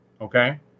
Okay